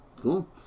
cool